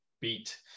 beat